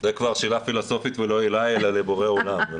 זו כבר שאלה פילוסופית ולא אליי, אלא לבורא עולם.